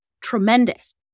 tremendous